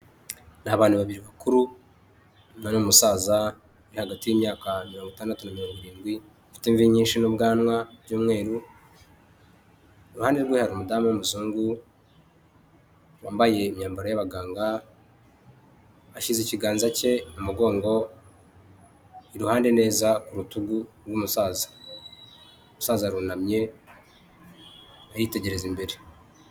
Ni abantu babiri bakuru barimo umusaza uri hagati y'imyaka mirongo itandatu na mirongo irindwi, afite imvi nyinshi n'ubwanwa by'umweru. Iruhande rwe hari umudamu w'umuzungu wambaye imyambaro y'abaganga, ashyize ikiganza cye mu mugongo iruhande neza ku rutugu rw'umusaza. Umusaza arunamye aritegereza imbere.